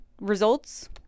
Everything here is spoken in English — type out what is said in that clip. results